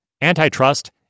Antitrust